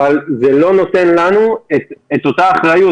אבל זה לא נותן לנו את אותה אחריות.